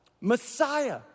Messiah